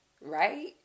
Right